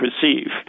perceive